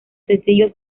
sencillos